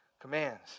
commands